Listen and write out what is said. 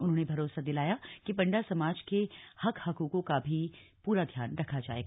उन्होंने भरोसा दिलाय कि पंडा समाज के हक हकूकों का भी पूरा ध्यान रखा जायेगा